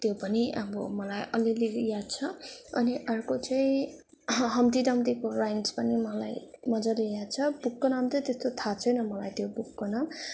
त्यो पनि अब मलाई अलिलिलि याद छ अनि अर्को चाहिँ हम्टी डम्टीको ऱ्याम्स पनि मलाई मज्जाले याद छ बुकको नाम चाहिँ त्यस्तो थाहा छैन मलाई त्यो बुकको नाम